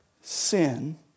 sin